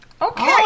Okay